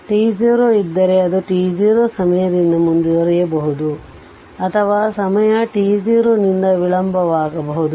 t0 ಇದ್ದರೆ ಅದು t0 ಸಮಯದಿಂದ ಮುಂದುವರಿಯಬಹುದು ಅಥವಾ ಸಮಯ t0 ನಿಂದ ವಿಳಂಬವಾಗಬಹುದು